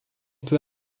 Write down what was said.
peu